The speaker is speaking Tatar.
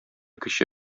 кече